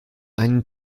einen